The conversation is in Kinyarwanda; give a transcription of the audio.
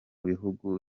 bihugu